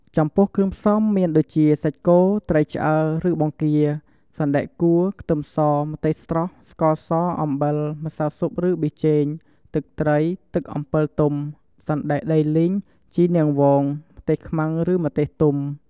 ចំពោះគ្រឿងផ្សំមានដូចជាសាច់គោ ត្រីឆ្អើរ ឬបង្គា សណ្ដែកគួរ ខ្ទឹមស ម្ទេសស្រស់ ស្ករស អំបិល ម្សៅស៊ុបឬប៊ីចេង ទឹកត្រី ទឹកអំពិលទុំ សណ្ដែកដីលីង ជីនាងវង ម្ទេសខ្មាំងឬម្ទេសទុំ។